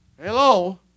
Hello